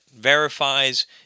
verifies